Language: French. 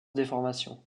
déformation